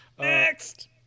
Next